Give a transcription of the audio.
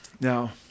Now